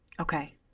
Okay